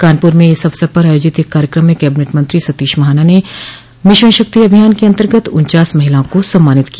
कानपुर में इस अवसर पर आयोजित एक कार्यक्रम में कैबिनेट मंत्री सतीश महाना ने मिशन शक्ति अभियान के अंतर्गत उन्वास महिलाओं को सम्मानित किया